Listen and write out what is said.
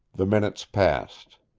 the minutes passed.